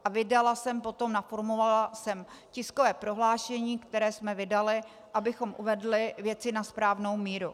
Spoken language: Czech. A vydala jsem potom, naformulovala jsem tiskové prohlášení, které jsme vydali, abychom uvedli věci na správnou míru.